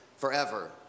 Forever